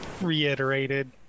Reiterated